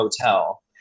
hotel